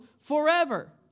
forever